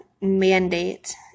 mandate